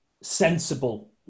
sensible